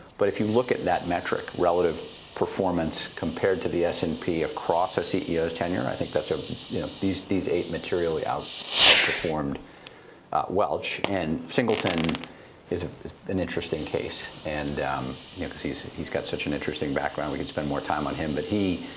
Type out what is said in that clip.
but if you look at that metric, relative performance compared to the s and p across a ceos tenure, i think ah you know these these eight materially outperformed welch. and singleton is ah an interesting case and yeah because he's he's got such an interesting background. we could spend more time on him. but he,